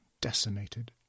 decimated